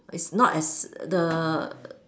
it's not as the